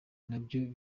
nabyo